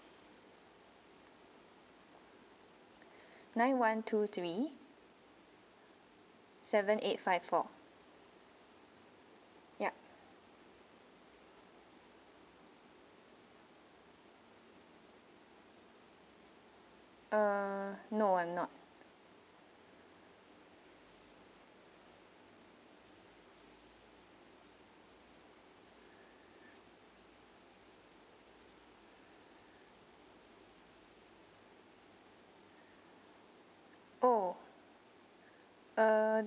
nine one two three seven eight five four yup uh no I'm not oh uh